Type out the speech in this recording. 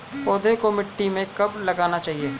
पौधे को मिट्टी में कब लगाना चाहिए?